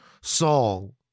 song